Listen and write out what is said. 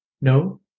No